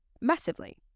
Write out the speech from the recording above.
massively